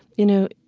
you know,